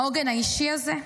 העוגן האישי הזה?